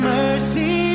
mercy